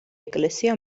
ეკლესია